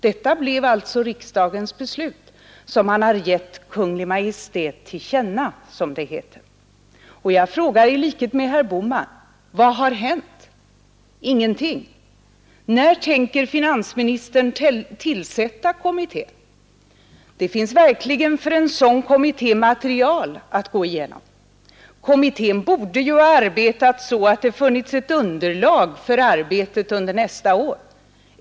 Detta blev riksdagens beslut, som man har givit Kungl. Maj:t till känna, som det heter. Och jag frågar nu i likhet med herr Bohman: Vad har hänt? Ingenting! När tänker finansministern tillsätta den kommittén? Det finns verkligen material att gå igenom för en sådan kommitté. Man borde i den kommittén ha arbetat, så att det hade funnits ett underlag för arbetet under nästa år.